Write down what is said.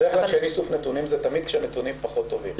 בדרך כלל כשאין איסוף נתונים זה תמיד כשהנתונים פחות טובים.